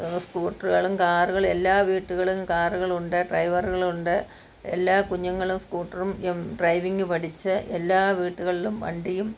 സ്കൂട്ടറുകളും കാറുകളും എല്ലാ വീടുകളിലും കാറുകളുണ്ട് ഡ്രൈവറുകളുണ്ട് എല്ലാ കുഞ്ഞുങ്ങളും സ്കൂട്ടറും ഡ്രൈവിങ്ങും പഠിച്ച് എല്ലാ വീടുകളിലും വണ്ടിയും